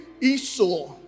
esau